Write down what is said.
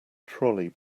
trolley